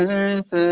earth